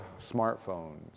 smartphones